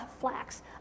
flax